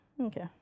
Okay